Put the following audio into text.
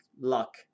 luck